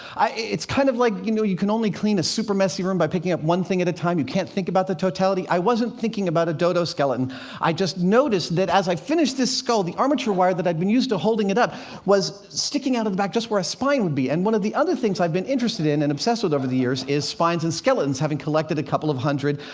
i it's kind of like, you know, you can only clean a super messy room by picking up one thing at a time you can't think about the totality. i wasn't thinking about a dodo skeleton i just noticed that as i finished this skull, the armature wire that i had been used to holding it up was sticking out of the back just where a spine would be. and one of the other things i'd been interested in and obsessed with over the years is spines and skeletons, having collected a couple of hundred.